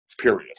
period